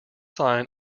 sign